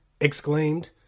exclaimed